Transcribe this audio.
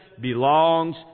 belongs